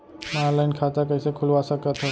मैं ऑनलाइन खाता कइसे खुलवा सकत हव?